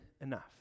enough